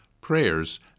prayers